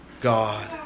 God